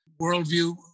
worldview